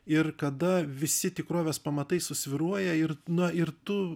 ir kada visi tikrovės pamatai susvyruoja ir na ir tu